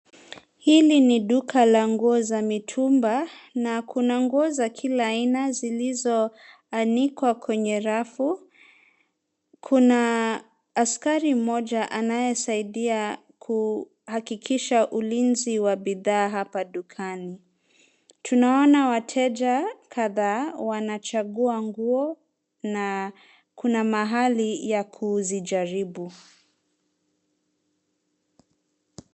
Hili ni duka la nguo za mitumba na kuna nguo za kila aina zilizoanikwa kwenye rafu. Kuna askari mmoja anayesaidia kuhakikisha ulinzi wa bidhaa hapa dukani. Tunaona wateja kadhaa wanachagua nguo na kuna mahali ya kuzijaribu.